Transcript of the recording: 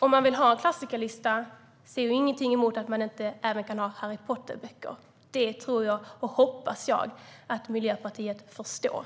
Om man vill ha en klassikerlista är det inget som säger att man inte även kan ha Harry Potter-böcker. Det tror och hoppas jag att Miljöpartiet förstår.